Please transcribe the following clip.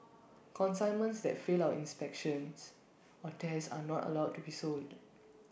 consignments that fail our inspections or tests are not allowed to be sold